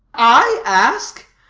i ask?